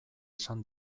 esan